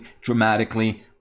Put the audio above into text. dramatically